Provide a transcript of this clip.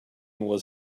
was